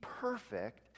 perfect